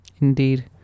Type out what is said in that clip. Indeed